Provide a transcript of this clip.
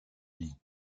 lee